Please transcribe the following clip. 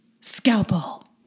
scalpel